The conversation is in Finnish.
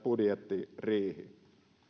budjettiriihi